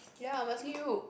ya I'm asking you